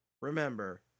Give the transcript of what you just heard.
remember